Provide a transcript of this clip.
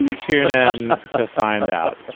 tune and to find out